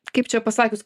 kaip čia pasakius